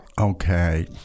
Okay